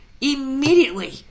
Immediately